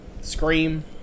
Scream